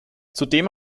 zudem